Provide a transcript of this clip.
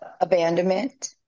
Abandonment